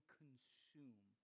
consume